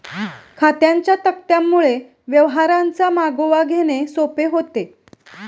खात्यांच्या तक्त्यांमुळे व्यवहारांचा मागोवा घेणे सोपे होते